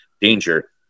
danger